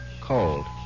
cold